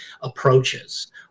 approaches